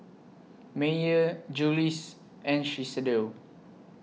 Mayer Julie's and Shiseido